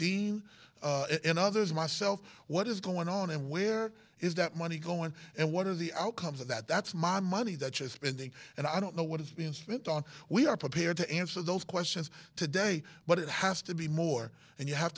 dean and others myself what is going on and where is that money going and what are the outcomes of that that's my money that's just spending and i don't know what it's been spent on we are prepared to answer those questions today but it has to be more and you have